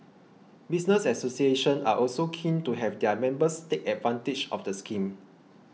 business associations are also keen to have their members take advantage of the scheme